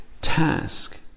task